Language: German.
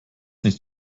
nicht